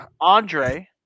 Andre